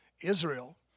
Israel